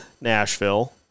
Nashville